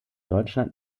deutschland